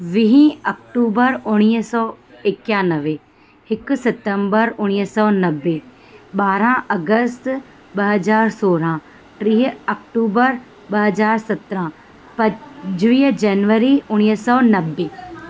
वीही अक्टूबर उणिवीह सौ एकयानवे हिकु सितंबर उणिवीह सौ नवे ॿारहं अगस्त ॿ हज़ार सोरहं टीही अक्टूबर ॿ हज़ार सत्रहं पंजवीह जनवरी उणिवीह सौ नवे